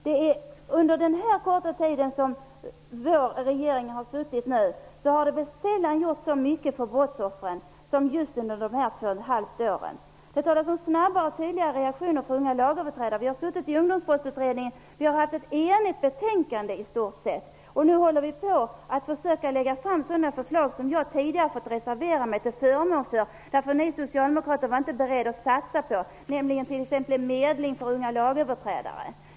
Det har sällan gjorts så mycket för brottsoffren som under den korta tid -- två och ett halvt år -- som den nuvarande regeringen har suttit vid makten. Ni talar om snabba och tydligare reaktioner för unga lagöverträdare. Ungdomsbrottsutredningen har avgett ett i stort sett enigt betänkande. Nu håller vi på att försöka lägga fram sådana förslag som jag tidigare har fått reservera mig till förmån för, eftersom ni socialdemokrater inte var beredda att satsa på detta. Det gäller t.ex. medling för unga lagöverträdare.